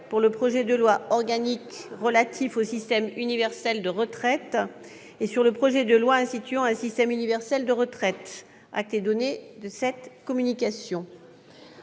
pour le projet de loi organique relatif au système universel de retraite et pour le projet de loi instituant un système universel de retraite. Tiens donc ! C'est un scoop